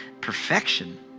perfection